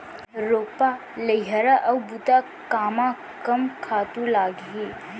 रोपा, लइहरा अऊ बुता कामा कम खातू लागही?